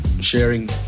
sharing